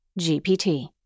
GPT